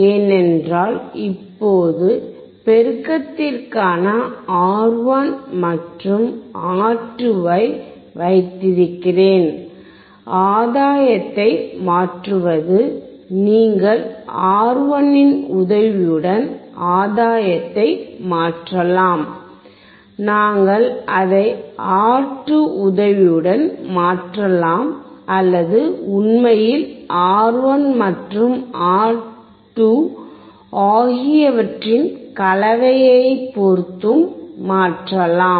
ஏனென்றால் இப்போது பெருக்கத்திற்காக R1 மற்றும் R2 ஐ வைத்திருக்கிறேன் ஆதாயத்தை மாற்றுவது நீங்கள் R1 இன் உதவியுடன் ஆதாயத்தை மாற்றலாம் நாங்கள் அதை R2 உதவியுடன் மாற்றலாம் அல்லது உண்மையில் R1 மற்றும் R2 ஆகியவற்றின் கலவையைப் பொருத்தும் மாற்றலாம்